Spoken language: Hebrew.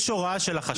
יש הוראה של החשב